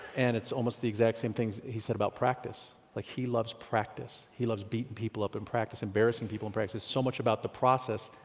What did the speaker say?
and it's almost the exact same things he said about practice. like he loves practice. he loves beating people up in practice, embarrassing people in practice, so much about the process,